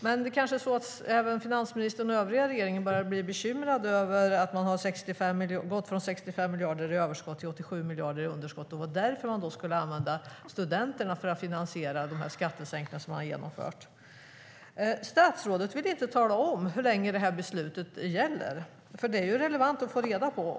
Men finansministern och övriga regeringen börjar kanske bli bekymrade över att man gått från 65 miljarder i överskott till 87 miljarder i underskott och skulle därför använda studenterna för att finansiera de skattesänkningar som genomförts. Statsrådet vill inte tala om hur länge beslutet gäller. Det är relevant att få reda på det.